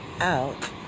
out